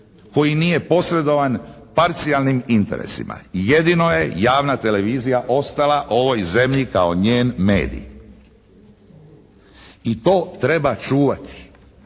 koji nije posredovan parcijalnim interesima. Jedino je javna televizija ostala ovoj zemlji kao njen medij i to treba čuvati.